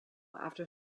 after